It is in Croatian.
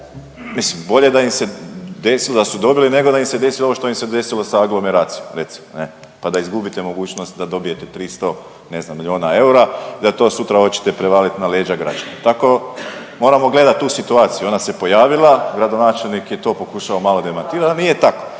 mislim bolje da im se desi da su dobili, nego da im se desi ovo što im se desilo sa aglomeracijom recimo. Ne? Pa da izgubite mogućnost da dobijete 300 ne znam milijuna eura i da to sutra hoćete prevaliti na leđa građana. Tako moramo gledati tu situaciju. Ona se pojavila. Gradonačelnik je to pokušao malo demantirati, ali nije tako.